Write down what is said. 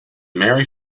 merry